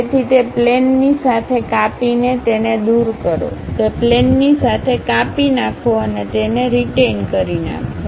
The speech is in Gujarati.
તેથી તે પ્લેનની સાથે કાપીને તેને દૂર કરો તે પ્લેનની સાથે કાપી નાખો અને તેને રીટેઈન કરી રાખો